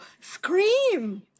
scream